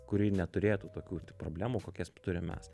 kuri neturėtų tokių problemų kokias turim mes